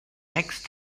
next